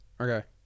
okay